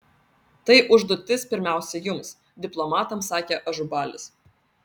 tai užduotis pirmiausia jums diplomatams sakė ažubalis